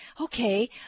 okay